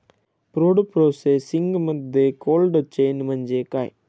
Food प्रोसेसिंगमध्ये cold chain म्हणजे काय?